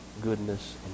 goodness